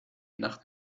nacht